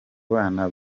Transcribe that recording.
bana